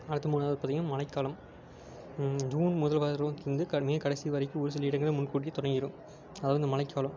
அடுத்து மூணாவது பார்த்தீங்கன்னா மழைக்காலம் ஜூன் முதல் பருவத்துலருந்து க மே கடைசி வரைக்கும் ஒரு சில இடங்களில் முன் கூட்டியே தொடங்கிடும் அதாவது இந்த மழைக்காலம்